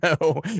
no